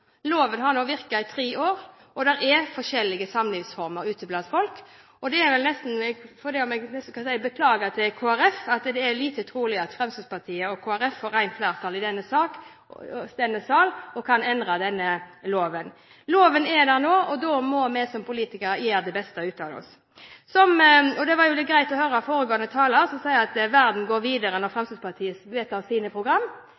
Loven har nå virket i tre år, og det er forskjellige samlivsformer ute blant folk. Det er vel nesten slik – selv om jeg nesten kan si «beklager» til Kristelig Folkeparti – at det er lite trolig at Fremskrittspartiet og Kristelig Folkeparti får rent flertall i denne sal og kan endre loven. Loven er der nå, og da må vi som politikere også gjøre det beste ut av det. Det var jo veldig greit å høre foregående taler, som sa at verden går videre når Fremskrittspartiet vedtar sine program.